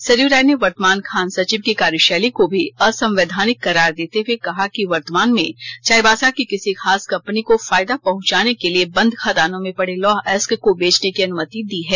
सरयू राय ने वर्तमान खान सचिव की कार्यशैली को भी असंवैधानिक करार देते हुए कहा कि वर्तमान में चाईबासा की किसी खास कंपनी को फायदा पहुंचाने के लिए बंद खदानों में पड़े लौह अयस्क को बेचने की अनुमति दी है